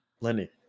Lenny